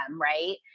Right